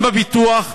גם בפיתוח,